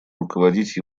руководить